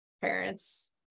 parents